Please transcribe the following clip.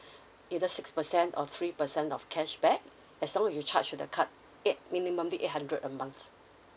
either six percent or three percent of cashback as long as you charge to the card eight minimumly eight hundred a month